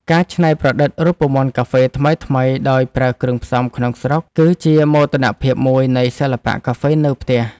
ការច្នៃប្រឌិតរូបមន្តកាហ្វេថ្មីៗដោយប្រើគ្រឿងផ្សំក្នុងស្រុក គឺជាមោទនភាពមួយនៃសិល្បៈកាហ្វេនៅផ្ទះ។